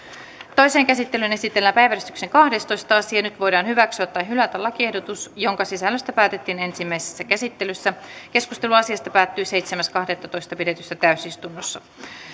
toiseen käsittelyyn esitellään päiväjärjestyksen kahdestoista asia nyt voidaan hyväksyä tai hylätä lakiehdotus jonka sisällöstä päätettiin ensimmäisessä käsittelyssä keskustelu asiasta päättyi seitsemäs kahdettatoista kaksituhattakuusitoista pidetyssä täysistunnossa